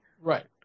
Right